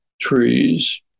trees